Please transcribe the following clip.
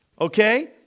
Okay